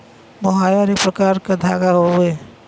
मोहायर एक प्रकार क धागा हउवे